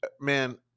man